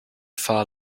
far